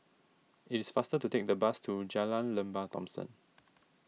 it is faster to take the bus to Jalan Lembah Thomson